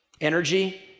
energy